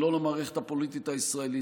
לא למערכת הפוליטית הישראלית,